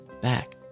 back